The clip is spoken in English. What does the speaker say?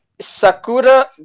Sakura